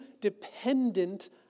dependent